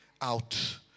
out